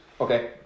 Okay